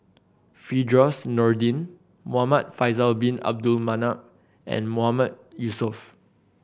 Firdaus Nordin Muhamad Faisal Bin Abdul Manap and Mahmood Yusof